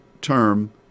term